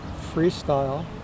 freestyle